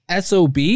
SOB